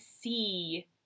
see